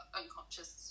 unconscious